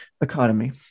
economy